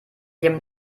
jemand